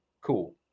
cool